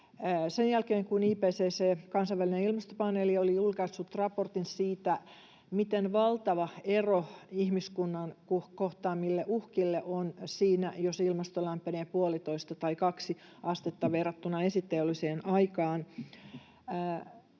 sen jälkeen kun IPCC, kansainvälinen ilmastopaneeli, oli julkaissut raportin siitä, miten valtava ero ihmiskunnan kohtaamille uhkille on siinä, jos ilmasto lämpenee puolitoista tai kaksi astetta verrattuna esiteolliseen aikaan